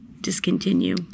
discontinue